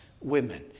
women